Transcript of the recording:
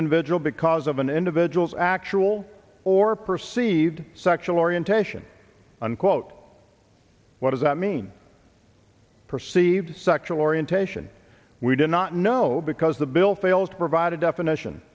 individual because of an individual's actual or proceed sexual orientation unquote what does that mean perceived sexual orientation we do not know because the bill fails to provide a definition